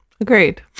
Agreed